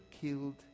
killed